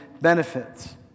benefits